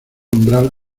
umbral